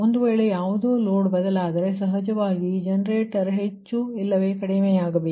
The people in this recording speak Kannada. ಒಂದು ವೇಳೆ ಯಾವುದೋ ಲೋಡ್ ಬದಲಾದರೆ ಸಹಜವಾಗಿ ಈ ಜನರೇಟರ್ ಹೆಚ್ಚು ಇಲ್ಲವೇ ಕಡಿಮೆಯಾಗಬೇಕು